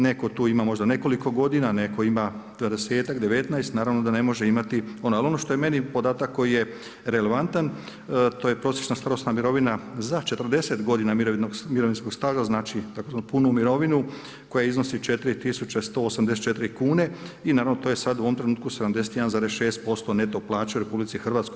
Netko tu ima možda nekoliko godina, netko ima 20-tak, 19 naravno da ne može imati, ali ono što je meni podatak koji je relevantan, to je prosječna starosna mirovina za 40 godina mirovinskog staža, znači punu mirovinu, koja iznosi 4184 kn i naravno to je sad u ovom trenutku 71,6% neto plaće u RH.